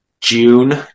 June